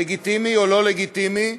לגיטימי או לא לגיטימי,